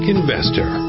Investor